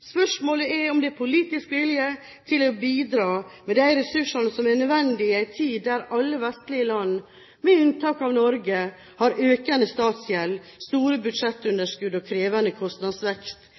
Spørsmålet er om det er politisk vilje til å bidra med de ressursene som er nødvendige i en tid der alle vestlige land, med unntak av Norge, har økende statsgjeld, store budsjettunderskudd og krevende kostnadsvekst